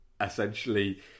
essentially